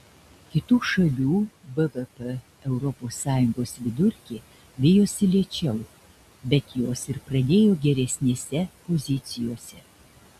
kitų šalių bvp europos sąjungos vidurkį vijosi lėčiau bet jos ir pradėjo geresnėse pozicijose